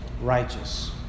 righteous